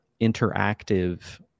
interactive